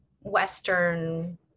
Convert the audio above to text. Western